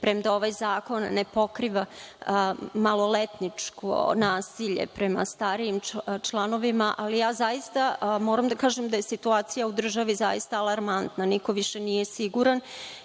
premda ovaj zakon ne pokriva maloletničko nasilje prema starijim članovima. Zaista moram da kažem da je situacija u državi zaista alarmantna. Niko više nije siguran.